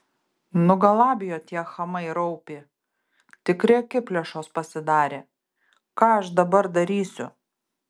nugalabijo tie chamai raupį tikri akiplėšos pasidarė ką aš dabar darysiu